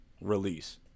release